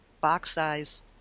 box-size